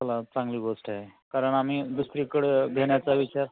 चला चांगली गोष्ट आहे कारण आम्मी दुसरीकडं घेण्याचा विचार